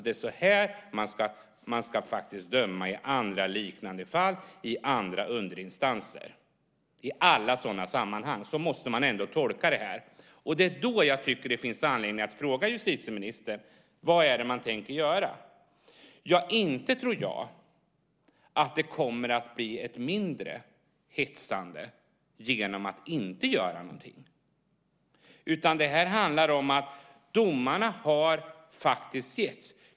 Det är så här man ska döma i andra liknande fall, i andra underinstanser och i alla sådana sammanhang. Så måste man ändå tolka det. Det är då jag tycker att det finns anledning att fråga justitieministern: Vad tänker man göra? Jag tror inte att det kommer att bli ett mindre hetsande genom att man inte gör någonting. Det handlar om att domarna har givits.